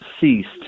ceased